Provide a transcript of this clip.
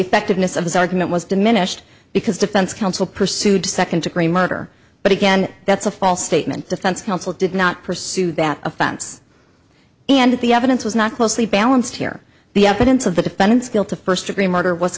effectiveness of his argument was diminished because defense counsel pursued to second degree murder but again that's a false statement defense counsel did not pursue that offense and the evidence was not closely balanced here the evidence of the defendant's guilt to first degree murder was